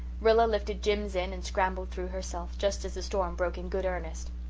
rilla lifted jims in and scrambled through herself, just as the storm broke in good earnest.